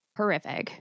Horrific